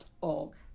org